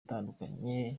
atandukanye